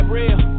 real